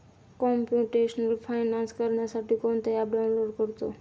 computational finance करण्यासाठी कोणते app download करतो